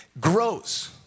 grows